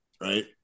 Right